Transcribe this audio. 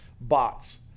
bots